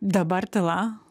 dabar tyla